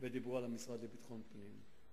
ודיברו על המשרד לביטחון פנים.